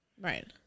Right